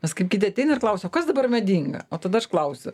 nes kaip kiti ateina ir klausia o kas dabar madinga o tada aš klausiu